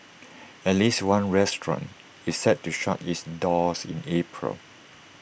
at least one restaurant is set to shut its doors in April